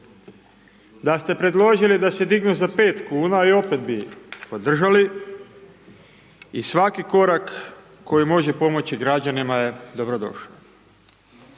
Da ste predložili da se dignu za 5kn i opet bi podržali i svaki korak koji može pomoći građanima je dobrodošao.